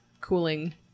cooling